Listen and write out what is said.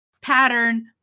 pattern